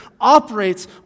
operates